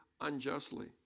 unjustly